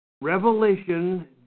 Revelation